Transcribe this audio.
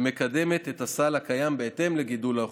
ומקדמת את הסל הקיים בהתאם לגידול באוכלוסייה.